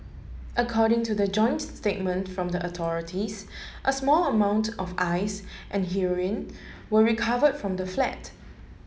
according to the joint statement from the authorities a small amount of ice and heroin were recovered from the flat